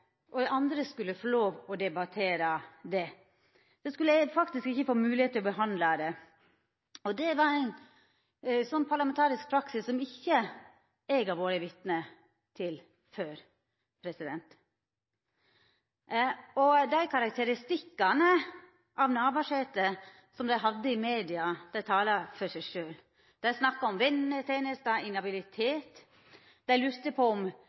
ikkje eg har vore vitne til før. Dei karakteristikkane av Navarsete som dei sette fram i media, talar for seg sjølve. Dei snakka om venetenester og inhabilitet, dei lurte på om